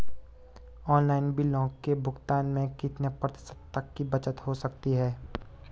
Online बिलों के भुगतान में कितने प्रतिशत तक की बचत हो सकती है?